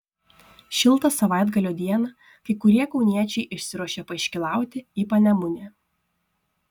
šiltą savaitgalio dieną kai kurie kauniečiai išsiruošė paiškylauti į panemunę